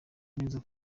neza